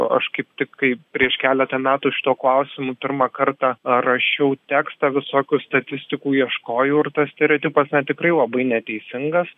aš kaip tik kai prieš keletą metų šituo klausimu pirmą kartą rašiau tekstą visokių statistikų ieškojau ir tas stereotipas na tikrai labai neteisingas